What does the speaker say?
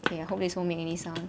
K I hope this won't make any sound